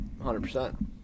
100%